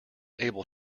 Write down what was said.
able